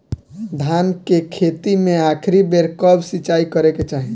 धान के खेती मे आखिरी बेर कब सिचाई करे के चाही?